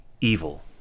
evil